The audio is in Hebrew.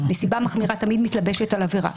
נסיבה מחמירה תמיד מתלבשת על עבירה.